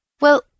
Well